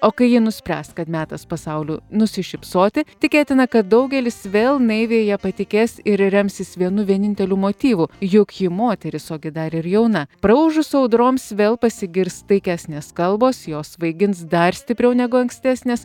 o kai ji nuspręs kad metas pasauliui nusišypsoti tikėtina kad daugelis vėl naiviai ja patikės ir remsis vienu vieninteliu motyvu jog ji moteris o gi dar ir jauna praūžus audroms vėl pasigirs taikesnės kalbos jos svaigins dar stipriau negu ankstesnės